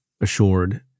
assured